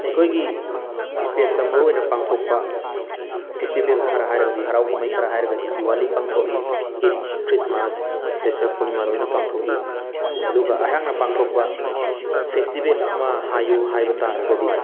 ꯑꯩꯈꯣꯏꯒꯤ ꯏꯁꯇꯦꯠꯇ ꯃꯔꯨꯑꯣꯏꯅ ꯄꯥꯡꯊꯣꯛꯄ ꯐꯦꯁꯇꯤꯚꯦꯜ ꯈꯔ ꯍꯥꯏꯔꯒꯗꯤ ꯍꯔꯥꯎ ꯀꯨꯝꯍꯩ ꯈꯔ ꯍꯥꯏꯔꯒꯗꯤ ꯗꯤꯋꯥꯂꯤ ꯄꯥꯡꯊꯣꯛꯏ ꯏꯠ ꯈ꯭ꯔꯤꯁꯃꯥꯁ ꯕꯤꯁꯞ ꯄꯨꯔꯅꯤꯃꯥ ꯂꯣꯏꯅ ꯄꯥꯡꯊꯣꯛꯏ ꯑꯗꯨꯒ ꯑꯩꯍꯥꯛꯅ ꯄꯥꯡꯊꯣꯛꯄ ꯐꯦꯁꯇꯤꯚꯦꯜ ꯑꯃ ꯍꯥꯏꯌꯨ ꯍꯥꯏꯕ ꯇꯥꯔꯒꯗꯤ